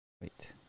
Wait